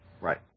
Right